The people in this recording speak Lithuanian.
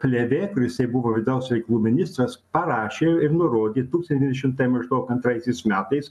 klevė kur jisai buvo vidaus reikalų ministras parašė ir nurodė tūkstantis devyni šimtai ten maždaug antraisiais metais